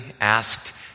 asked